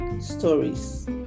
stories